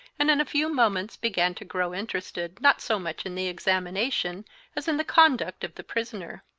and in a few moments began to grow interested, not so much in the examination as in the conduct of the prisoner.